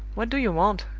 what do you want?